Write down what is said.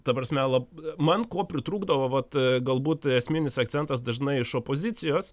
ta prasme lab man ko pritrūkdavo vat galbūt esminis akcentas dažnai iš opozicijos